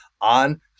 on